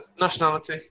Nationality